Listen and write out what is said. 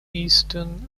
eastern